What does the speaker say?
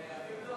לסעיף 8. מי בעד?